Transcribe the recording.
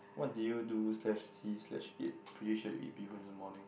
what did you do slash see slash eat pretty sure you eat bee-hoon in the morning